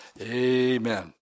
Amen